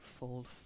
fold